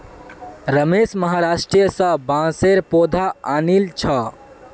रमेश महाराष्ट्र स बांसेर पौधा आनिल छ